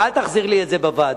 ואל תחזיר לי את זה בוועדה.